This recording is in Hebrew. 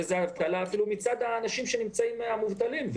אפילו מצד המובטלים עצמם,